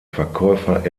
verkäufer